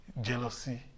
jealousy